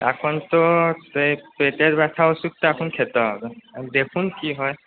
এখন তো পে পেটের ব্যথার ওষুধটা এখন খেতে হবে দেখুন কী হয়